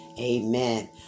Amen